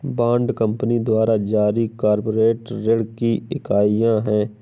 bond company द्वारा जारी corporate ऋण की इकाइयां हैं